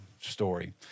story